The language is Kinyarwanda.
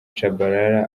tchabalala